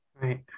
Right